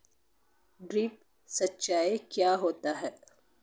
Drip सिंचाई क्या होती हैं?